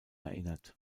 erinnert